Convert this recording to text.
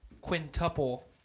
quintuple